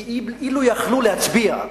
כי אילו יכלו להצביע,